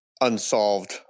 unsolved